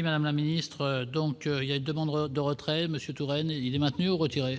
Madame la ministre, donc il y a de vendre de retrait Monsieur Touraine il est maintenu ou retiré.